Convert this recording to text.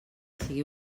sigui